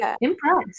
impressed